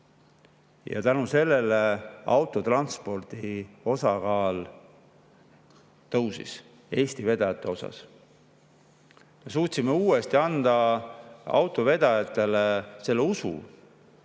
Ja tänu sellele autotranspordi osakaal tõusis Eesti vedajate osas. Suutsime uuesti anda autovedajatele selle usu,